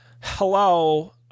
Hello